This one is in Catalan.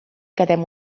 quedem